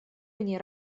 вне